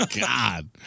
God